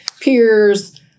peers